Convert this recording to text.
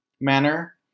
manner